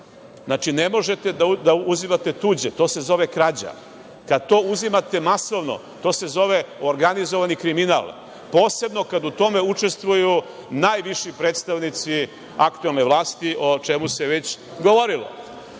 zakona. Ne možete da uzimate tuđe, to se zove krađa. Kada to uzimate masovno, to zove organizovani kriminal, posebno kada u tome učestvuju najviši predstavnici aktuelne vlasti, o čemu se već